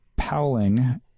Powling